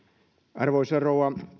arvoisa rouva